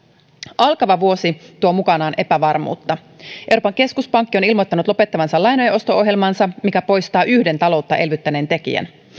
alkava vuosi tuo mukanaan epävarmuutta euroopan keskuspankki on ilmoittanut lopettavansa lainojen osto ohjelmansa mikä poistaa yhden taloutta elvyttäneen tekijän